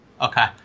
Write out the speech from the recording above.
Okay